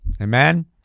Amen